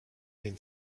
den